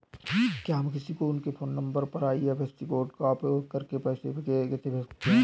क्या हम किसी को उनके फोन नंबर और आई.एफ.एस.सी कोड का उपयोग करके पैसे कैसे भेज सकते हैं?